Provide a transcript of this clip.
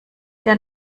der